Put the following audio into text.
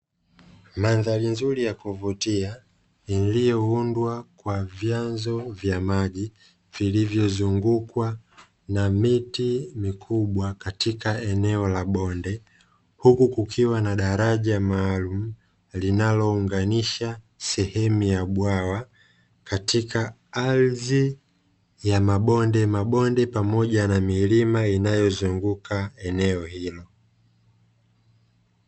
Mandhari nzuri ya kuvutia iliyoundwa kwa vyanzo vya maji vilivyozungukwa na miti mikubwa katika eneo la bonde. Huku kukiwa na daraja maalumu linalounganisha sehemu ya bwawa katika ardhi ya mabondemabonde pamoja na milima inayozunguka eneo hilo.